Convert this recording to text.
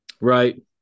Right